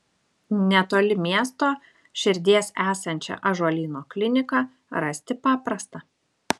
netoli miesto širdies esančią ąžuolyno kliniką rasti paprasta